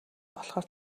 болохоор